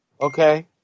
Okay